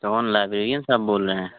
رون librarian صاحب بول رہے ہیں